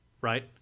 right